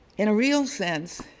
in a real sense